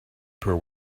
poor